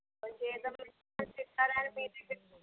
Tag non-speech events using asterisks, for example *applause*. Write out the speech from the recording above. కొంచెం ఏదైనా *unintelligible* ఇస్తారని మీ దగ్గరికి వచ్చాను